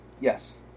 yes